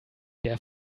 der